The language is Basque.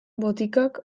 botikak